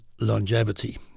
longevity